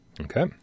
Okay